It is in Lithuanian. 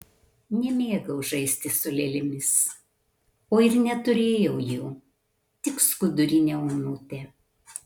nemėgau žaisti su lėlėmis o ir neturėjau jų tik skudurinę onutę